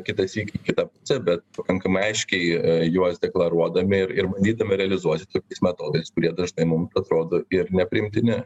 kitąsyk į kitą pusę bet pakankamai aiškiai juos deklaruodami ir ir bandydami realizuoti tokiais metodais kurie dažnai mum atrodo ir nepriimtini